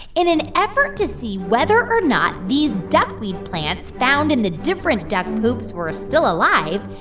in an effort to see whether or not these duckweed plants found in the different duck poops were still alive,